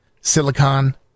Silicon